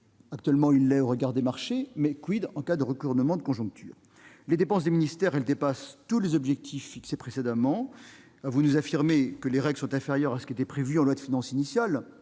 Actuellement oui, au regard des marchés, mais en cas de retournement de conjoncture ? Les dépenses des ministères dépassent tous les objectifs fixés précédemment. Vous affirmez que les dépenses sont inférieures à ce qui était prévu en loi de finances initiale